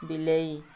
ବିଲେଇ